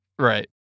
Right